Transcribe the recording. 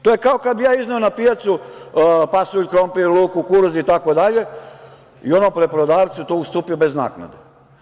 To je kao kad bi ja izneo na pijacu pasulj, krompir, luk, kukuruz itd. i onom preprodavcu to ustupio bez naknade.